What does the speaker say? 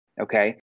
okay